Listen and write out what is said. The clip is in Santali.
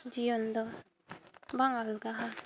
ᱡᱤᱭᱚᱱ ᱫᱚ ᱵᱟᱝ ᱟᱞᱜᱟ ᱦᱟ